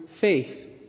faith